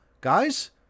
guys